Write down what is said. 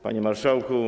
Panie Marszałku!